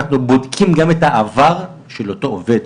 אנחנו בודקים גם את העבר של אותו עובד,